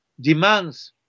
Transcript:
demands